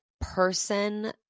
person